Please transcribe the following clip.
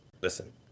listen